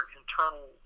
internal